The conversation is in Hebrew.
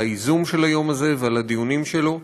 על הייזום של היום הזה ועל הדיונים שלו,